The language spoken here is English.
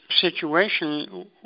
situation